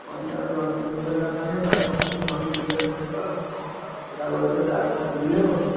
ପରିବାର ଲୋକ ହେଲା ମାନେ ଗଲା ସମସ୍ତଙ୍କୁ ଧରିକି ବୁଲିବାକୁ ପଡ଼ିବ ଆଉ କ'ଣ ଆଉ ବୁଢ଼ା ବୟସ ହେଲେ ଆଉ କ'ଣ ବୁଲି ହବ